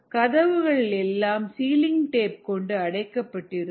கதவுகள் எல்லாம் sealing tape கொண்டு அடைக்கப்பட்டிருக்கும்